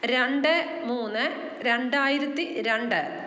രണ്ട് മൂന്ന് രണ്ടായിരത്തി രണ്ട്